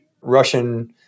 Russian